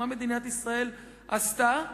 מה מדינת ישראל עשתה?